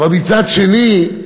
אבל מצד שני,